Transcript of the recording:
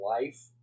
life